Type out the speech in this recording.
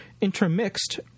intermixed